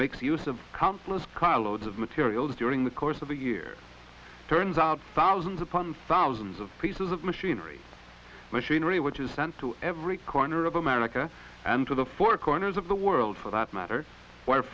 makes use of countless car loads of materials during the course of the year turns out thousands upon thousands of pieces of machinery machinery which is sent to every corner of america and to the four corners of the world for that matter where